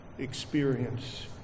experience